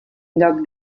lloc